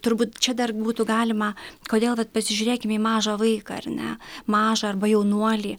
turbūt čia dar būtų galima kodėl vat pasižiūrėkime į mažą vaiką ar ne mažą arba jaunuolį